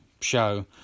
show